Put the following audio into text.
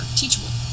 teachable